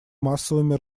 массовыми